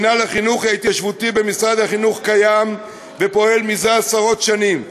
מינהל החינוך ההתיישבותי במשרד החינוך קיים ופועל זה עשרות שנים,